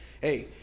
hey